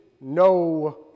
no